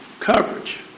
coverage